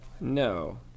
No